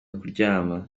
kuramya